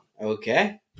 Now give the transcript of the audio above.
Okay